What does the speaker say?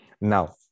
Now